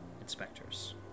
inspectors